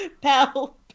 Pal